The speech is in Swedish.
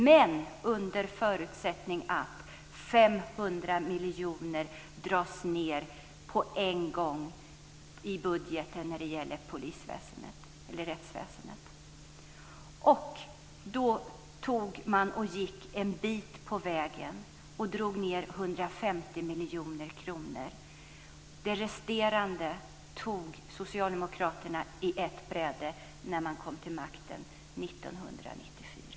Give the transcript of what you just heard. Men under förutsättning att 500 miljoner dras ned i budgeten på en gång när det gäller rättsväsendet. Man gick en bit på vägen och drog ned 150 miljoner kronor. Det resterande tog socialdemokraterna på ett bräde när man kom till makten 1994.